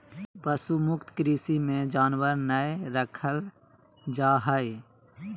पशु मुक्त कृषि मे जानवर नय रखल जा हय